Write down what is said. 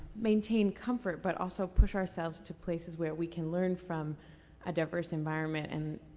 maintain comfort but also push ourselves to places where we can learn from a diverse environment and